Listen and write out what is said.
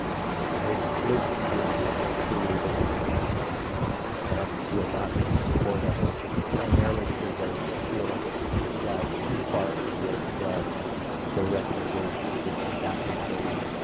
i have listened intently to this one and will not be in support of it primarily because i i feel like it flies too far afield from the recommendations that staff is made